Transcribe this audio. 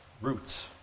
roots